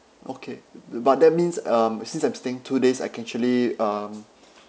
okay b~ but that means um since I'm staying two days I can actually um